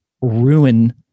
ruin